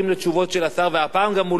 הפעם הוא גם לא הודיע לנו שהוא לא מגיע,